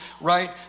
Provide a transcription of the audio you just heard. right